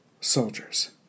soldiers